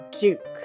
Duke